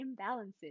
imbalances